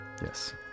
Yes